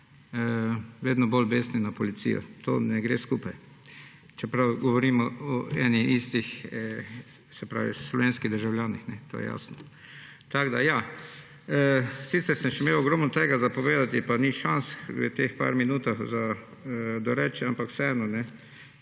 vedno bolj besni na policijo. To ne gre skupaj, čeprav govorimo o enih in istih, se pravi slovenskih državljanih. To je jasno. Tako da ja. Sicer sem imel še ogromno tega povedati, pa ni šans v teh nekaj minutah doreči, ampak vseeno.